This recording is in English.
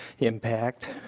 impact.